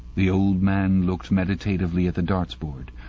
the old man looked meditatively at the darts board.